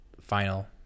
Final